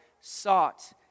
sought